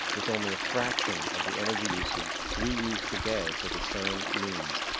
with only a fraction of the energy usage we use today for the same means.